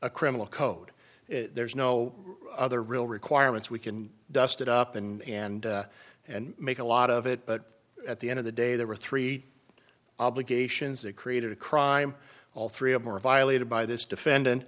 a criminal code there's no other real requirements we can dust it up in and and make a lot of it but at the end of the day there were three obligations it created a crime all three of them are violated by this defendant